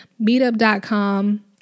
meetup.com